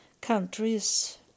countries